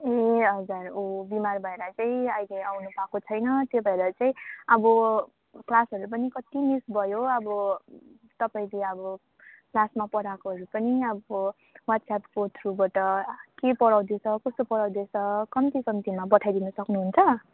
ए हजुर ऊ बिमार भएर चाहिँ अहिले आउनु पाएको छैन त्यो भएर चाहिँ अब क्लासहरू पनि कति मिस भयो अब तपाईँले अब क्लासमा पढाएकोहरू पनि अब व्हाट्सएप्पको थ्रुबट के पढाउँदैछ कस्तो पढाउँदैछ कम्ती कम्तीमा पठाइदिनु सक्नुहुन्छ